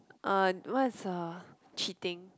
uh what is a cheating